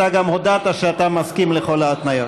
אתה גם הודעת שאתה מסכים לכל ההתניות.